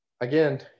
Again